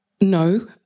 no